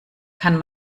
kann